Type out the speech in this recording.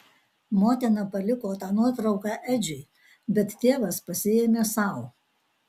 motina paliko tą nuotrauką edžiui bet tėvas pasiėmė sau